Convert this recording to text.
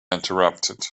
interrupted